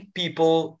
people